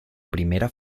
primera